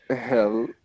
hell